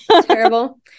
Terrible